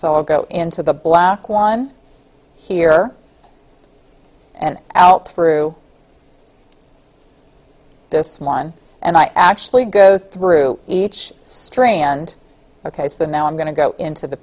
will go into the block one here and out through this one and i actually go through each strain and ok so now i'm going to go into the